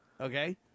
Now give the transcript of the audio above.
Okay